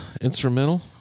Instrumental